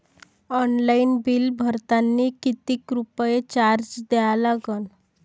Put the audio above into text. Online bill भरतानी कितीक रुपये चार्ज द्या लागन?